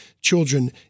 children